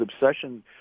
obsession